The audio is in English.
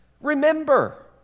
Remember